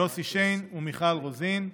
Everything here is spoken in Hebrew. יוסי שיין ומיכל רוזין.